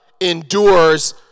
endures